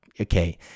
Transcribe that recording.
okay